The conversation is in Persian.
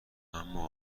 اما